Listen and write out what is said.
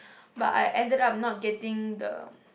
but I ended up not getting the